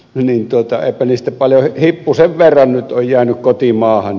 niin hippusen verran nyt on jäänyt kotimaahan